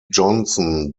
johnson